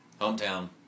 hometown